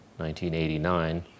1989